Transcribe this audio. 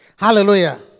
Hallelujah